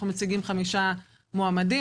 אנו מציגים חמישה מועמדים,